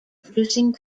producing